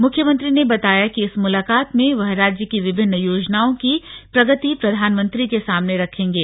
मुख्यमंत्री ने बताया कि इस मुलाकात में वह राज्य की विभिन्न योजनाओं की प्रगति प्रधानमंत्री के सामने रखेंगे